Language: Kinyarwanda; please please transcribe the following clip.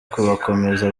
kubakomeza